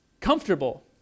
comfortable